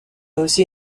aussi